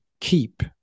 keep